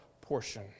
portion